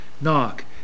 Knock